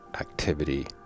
activity